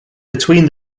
between